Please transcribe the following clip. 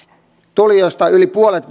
tulijoista yli puolet